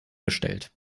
bestellt